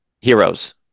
Heroes